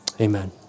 amen